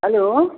hello